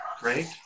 great